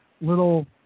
little